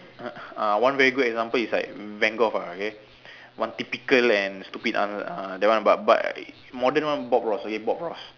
one very good example is like Van-Gogh ah okay one typical and stupid that one but but modern one Bob Ross okay Bob Ross